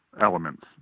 elements